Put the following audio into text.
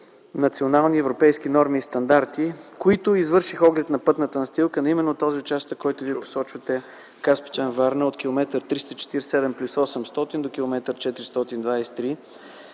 национални и европейски норми и стандарти, които извършиха оглед на пътната настилка на именно този участък, който Вие посочвате, Каспичан – Варна от километър